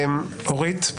אורית,